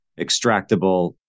extractable